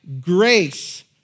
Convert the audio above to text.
grace